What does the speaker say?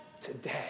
today